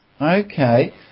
okay